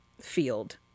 field